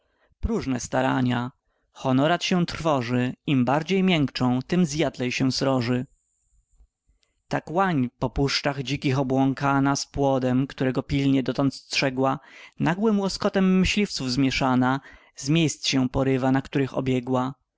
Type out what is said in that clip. próżne starania honorat się trwoży im bardziej miękczą tym zjadlej się sroży tak łań po puszczach dzikich obłąkana z płodem którego pilnie dotąd strzegła nagłym łoskotem myśliwców zmięszana z miejsc się porywa na których obległa